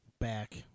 Back